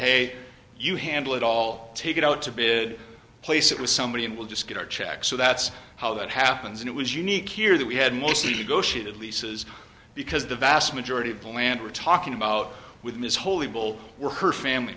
hey you handle it all take it out to bid place it with somebody and we'll just get our check so that's how that happens and it was unique here that we had mostly to go shit leases because the vast majority of plant we're talking about with this holy will we're her family